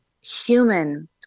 human